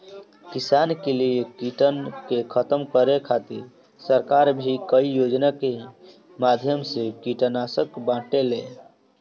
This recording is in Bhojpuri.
किसानन के लिए कीटन के खतम करे खातिर सरकार भी कई योजना के माध्यम से कीटनाशक बांटेले